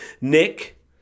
Nick